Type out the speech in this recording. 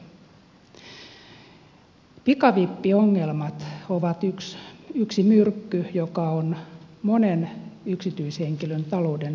pikavippiongelmat ovat yksi myrkky joka on monen yksityishenkilön talouden sekoittanut täysin